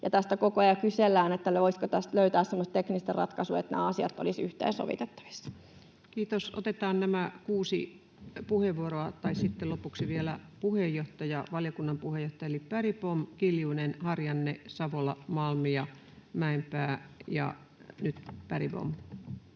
tästä koko ajan kysellään, voisiko tästä löytää semmoista teknistä ratkaisua, että nämä asiat olisivat yhteensovitettavissa. Kiitos. — Otetaan kuusi puheenvuoroa ja sitten lopuksi vielä valiokunnan puheenjohtaja. Eli Bergbom, Kiljunen, Harjanne, Savola, Malm ja Mäenpää. — Nyt Bergbom.